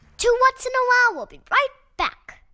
two whats? and a wow! will be right back.